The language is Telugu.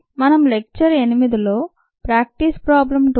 మనం లెక్చర్ 8లో ప్రాక్టీస్ ప్రాబ్లమ్ 2